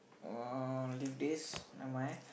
uh leave this never mind